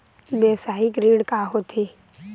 व्यवसायिक ऋण का होथे?